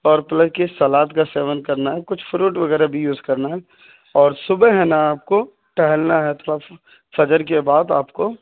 اور کی سلاد کا سیون کرنا ہے کچھ فروٹ وغیرہ بھی یوز کرنا ہے اور صبح ہے نا آپ کو ٹہلنا ہے تھوڑا سا فجر کے بعد آپ کو